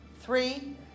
three